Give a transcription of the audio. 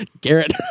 Garrett